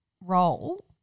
role